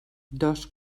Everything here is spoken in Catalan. dos